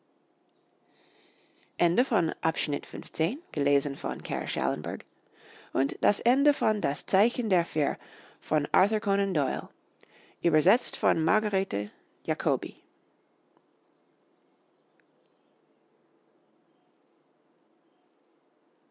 das zeichen der